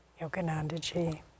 Yoganandaji